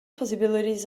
possibilities